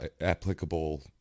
applicable